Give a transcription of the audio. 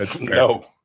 No